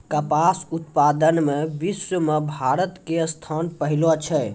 कपास उत्पादन मॅ विश्व मॅ भारत के स्थान पहलो छै